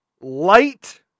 light